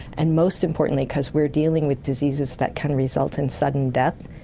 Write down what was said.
and most importantly because we are dealing with diseases that can result in sudden death,